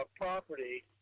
property